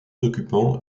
occupants